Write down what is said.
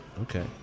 Okay